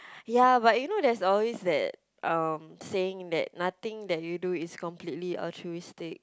ya but you know there is always that um saying that nothing that you do is completely altruistic